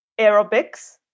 Aerobics